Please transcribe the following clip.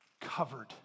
covered